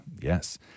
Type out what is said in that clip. yes